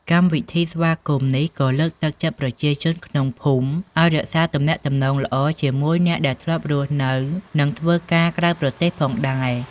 កម្មវិធីស្វាគមន៍នេះក៏លើកទឹកចិត្តប្រជាជនក្នុងភូមិឱ្យរក្សាទំនាក់ទំនងល្អជាមួយអ្នកដែលធ្លាប់រស់នៅ និងធ្វើការក្រៅប្រទេសផងដែរ។